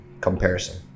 comparison